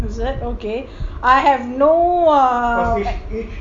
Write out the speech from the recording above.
is it okay I have no ugh